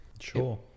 sure